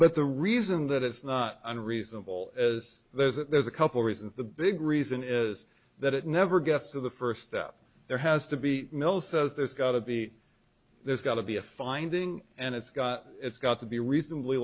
but the reason that it's not unreasonable is there's a there's a couple reasons the big reason is that it never gets to the first step there has to be mills says there's got to be there's got to be a finding and it's got it's got to be reasonably